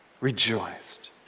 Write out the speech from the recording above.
rejoiced